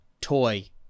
toy